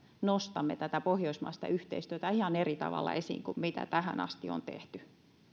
nostamme tätä pohjoismaista yhteistyötä ihan eri tavalla esiin kuin mitä tähän asti on tehty